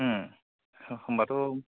होमबा थ'